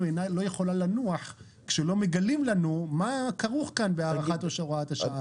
לא יכולה לנוח כשלא מגלים לנו מה כרוך כאן בהוראת השעה.